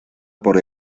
por